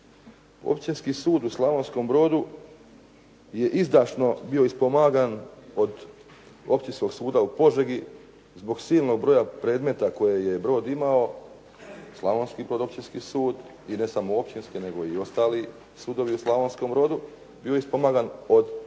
Općinski su u Slavonskom Brodu je izdašno bio ispomagan od Općinskog suda u Požegi zbog silnog broja predmeta koje je Brod imao, Slavonski općinski sud, i ne samo općinski nego i ostali sudovi u Slavonskom brodu bio je ispomagan od suda